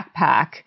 backpack